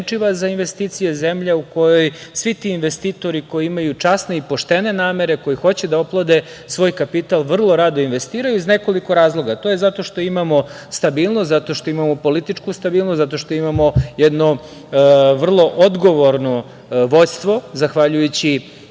za investicije, zemlja u kojoj svi ti investitori koji imaju časne i poštene namere, koji hoće da oplode svoj kapital, vrlo rado investiraju iz nekoliko razloga. To je zato što imamo stabilnost, zato što imamo političku stabilnost, zato što imamo jedno vrlo odgovorno vođstvo zahvaljujući